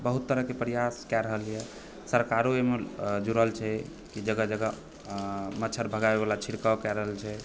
बहुत तरहकेँ प्रयास कए रहल यऽ सरकारों एहिमे जुड़ल छै कि जगह जगह मच्छर भगाबैवला छिड़काव कए रहल छै